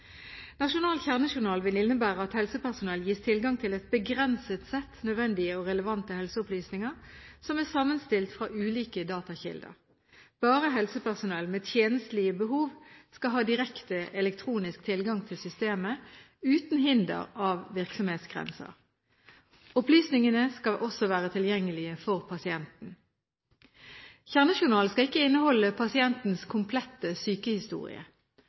Nasjonal kjernejournal vil innebære at helsepersonell gis tilgang til et begrenset sett nødvendige og relevante helseopplysninger som er sammenstilt av ulike datakilder. Bare helsepersonell med tjenstlige behov skal ha direkte elektronisk tilgang til systemet, uten hinder av virksomhetsgrenser. Opplysningene skal også være tilgjengelige for pasienten. Kjernejournalen skal ikke inneholde pasientens komplette sykehistorie.